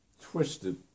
twisted